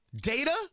Data